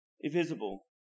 invisible